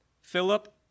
Philip